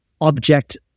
object